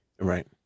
Right